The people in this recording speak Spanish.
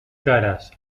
caras